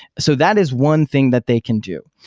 so that is one thing that they can do,